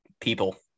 people